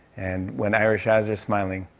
and when irish eyes are smiling,